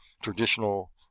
traditional